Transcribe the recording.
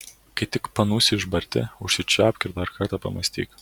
kai tik panūsi išbarti užsičiaupk ir dar kartą pamąstyk